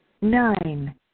Nine